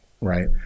Right